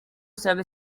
sarebbe